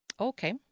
Okay